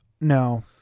no